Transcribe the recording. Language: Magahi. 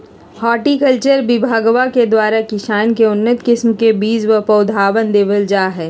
हॉर्टिकल्चर विभगवा के द्वारा किसान के उन्नत किस्म के बीज व पौधवन देवल जाहई